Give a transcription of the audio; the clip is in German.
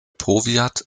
powiat